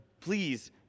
please